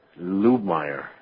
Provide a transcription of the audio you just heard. Lubmeyer